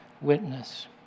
witness